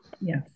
Yes